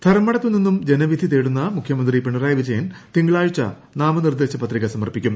ധർമ്മടത്തു നിന്നുള്ള ജ്ന്വിധി തേടുന്ന മുഖൃമന്ത്രി പിണറായി വിജയൻ തിങ്കളാഴ്ച പ്രസ്തമീനിർദ്ദേശ പത്രിക സമർപ്പിക്കും